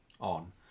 on